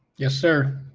yes, sir.